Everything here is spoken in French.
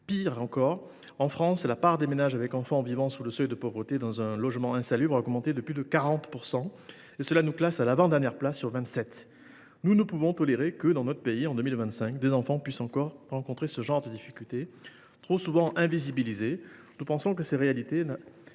Pire encore : en France, la part de ménages avec enfants vivant sous le seuil de pauvreté dans un logement insalubre a augmenté de plus de 40 %. Cela nous classe à l’avant dernière place sur vingt sept. Nous ne pouvons tolérer que, dans notre pays, en 2025, des enfants puissent encore rencontrer ce genre de difficultés. Trop souvent invisibilisées, nous pensons que ces réalités